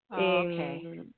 Okay